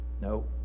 No